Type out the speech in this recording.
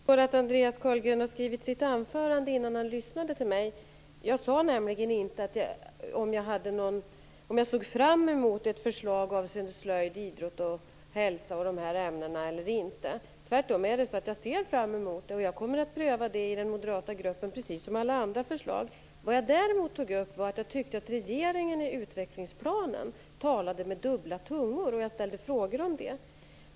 Herr talman! Jag förstår att Andreas Carlgren har skrivit sitt anförande innan han lyssnade till mig. Jag sade nämligen inte om jag såg fram emot ett förslag om idrott, slöjd, hälsolära osv. eller inte. Men jag ser fram emot det, och jag kommer att pröva det i den moderata gruppen precis som alla andra förslag. Vad jag däremot tog upp var att jag tyckte att regeringen i utvecklingsplanen talade med dubbla tungor, och jag ställde frågor om det.